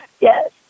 Yes